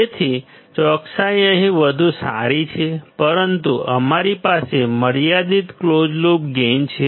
તેથી ચોકસાઈ અહીં વધુ સારી છે પરંતુ અમારી પાસે મર્યાદિત ક્લોઝ લૂપ ગેઇન છે